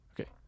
Okay